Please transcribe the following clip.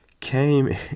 Came